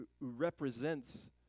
represents